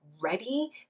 ready